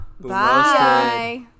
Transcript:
Bye